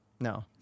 No